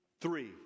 three